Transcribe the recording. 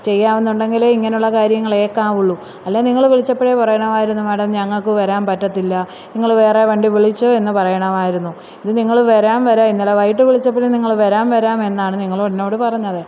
ചെയ്യാമെന്ന് ഉണ്ടെങ്കിലേ ഇങ്ങനെയുള്ള കാര്യങ്ങൾ ഏൽക്കാവുള്ളൂ അല്ലെങ്കിൽ നിങ്ങൾ വിളിച്ചപ്പഴേ പറയണമായിരുന്നു മേഡം ഞങ്ങൾക്ക് വരാൻ പറ്റത്തില്ല നിങ്ങൾ വേറെ വണ്ടി വിളിച്ചോ എന്ന് പറയണമായിരുന്നു ഇത് നിങ്ങൾ വരാം വരാം ഇന്നലെ വൈകിട്ട് വിളിച്ചപ്പഴും നിങ്ങൾ വരാം വരാമെന്നാണ് നിങ്ങൾ എന്നോട് പറഞ്ഞത്